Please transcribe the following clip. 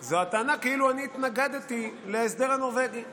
זו הטענה כאילו אני התנגדתי להסדר הנורבגי.